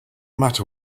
matter